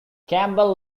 campbell